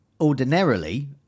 ordinarily